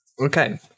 Okay